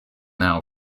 now